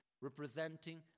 representing